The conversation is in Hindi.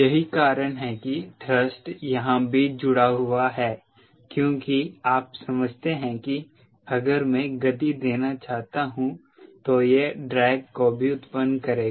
यही कारण है कि थ्रस्ट यहां भी जुड़ा हुआ है क्योंकि आप समझते हैं कि अगर मैं गति देना चाहता हूं तो यह ड्रैग को भी उत्पन्न करेगा